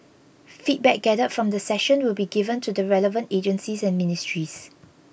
feedback gathered from the session will be given to the relevant agencies and ministries